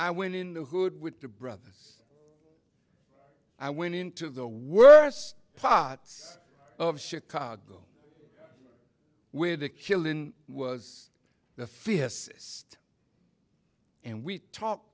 i went in the hood with the brothers i went into the worst parts of chicago where the killin was the fiercest and we talk